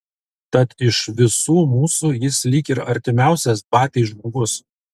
tad iš visų mūsų jis lyg ir artimiausias batiai žmogus